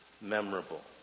Memorable